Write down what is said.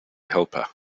helper